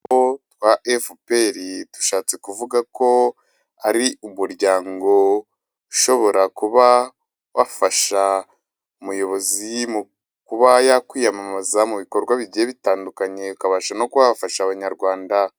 Utudarapo twa FPR dushatse kuvuga ko ari umuryango ushobora kuba wafasha, umuyobozi mu kuba yakwiyamamaza mu bikorwa bigiye bitandukanye, ukabasha no kuba wafasha Abanyarwanda.